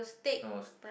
I was